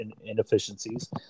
inefficiencies